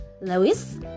lewis